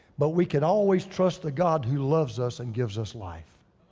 but we can always trust the god who loves us and gives us life,